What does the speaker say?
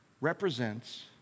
represents